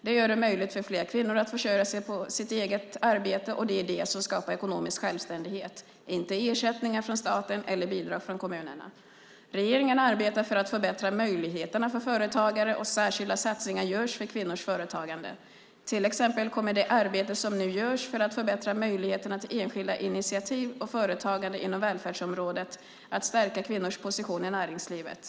Det gör det möjligt för fler kvinnor att försörja sig på sitt eget arbete, och det är det som skapar ekonomisk självständighet - inte ersättningar från staten eller bidrag från kommunerna. Regeringen arbetar för att förbättra möjligheterna för företagare, och särskilda satsningar görs för kvinnors företagande. Till exempel kommer det arbete som nu görs för att förbättra möjligheterna till enskilda initiativ och företagande inom välfärdsområdet att stärka kvinnors position i näringslivet.